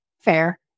Fair